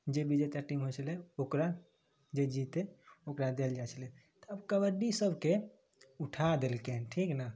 जे बिजेता टीम होइ छलै ओकरा जे जीतै ओकरा देल जाइ छलै तब कबड्डी सबके उठा देलकैन ठीक नऽ